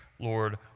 Lord